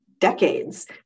decades